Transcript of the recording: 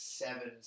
seven